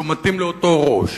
שהוא מתאים לאותו ראש.